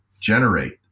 generate